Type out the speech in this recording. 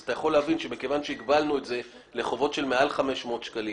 אתה יכול להבין שמכיוון שהגבלנו את זה לחובות שהם מעל 500 שקלים,